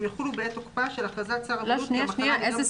"יחולו בעת תוקפה של הכרזת שר הבריאות כי המחלה ---".